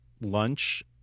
lunch